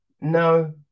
No